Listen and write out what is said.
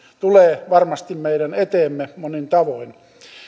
tulee varmasti meidän eteemme monin tavoin